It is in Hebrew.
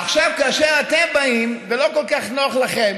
עכשיו, כאשר אתם באים ולא כל כך נוח לכם